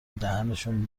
دهنشون